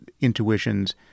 intuitions